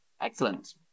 Excellent